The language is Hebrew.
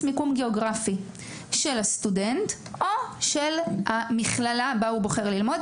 מיקום גיאוגרפי של הסטודנט או של המכללה בה הוא בוחר ללמוד.